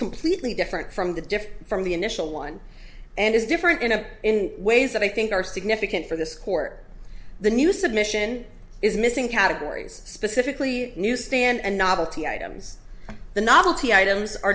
completely different from the differ from the initial one and is different enough in ways that i think are significant for this court the new submission is missing categories specifically newsstand and novelty items the novelty items are